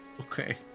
Okay